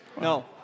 No